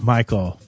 Michael